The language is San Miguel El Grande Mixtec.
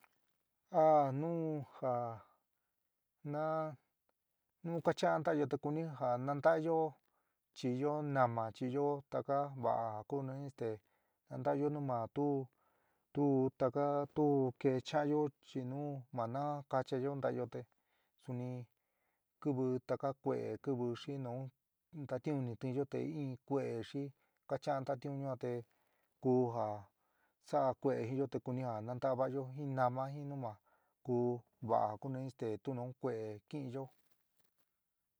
A nu jaá na nu kacha'án ntáyo te kuni ja nanta'ayo chinyó nama chinyó taka vaá ja ku este nantaáyo nu ma tu taka tu keé cha'ányo chi nu ma nakachayó ntayó te suni kɨvɨ taka kueé, kɨvɨ xi nu ntatiun ni kiínyo te in kueé xi kacha'án ntatiún yuan te ku ja sa'a kue'e jinyo te kuni ja nanta'a vaáyo jin nama jin numa ku va kuni este tunun kue'é kɨɨnyo.